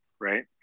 right